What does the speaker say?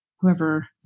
whoever